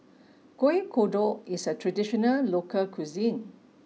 Kueh Kodok is a traditional local cuisine